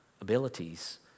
abilities